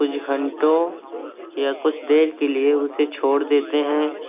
کچھ گھنٹوں یا کچھ دیر کے لیے اسے چھوڑ دیتے ہیں